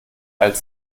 als